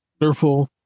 wonderful